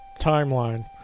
timeline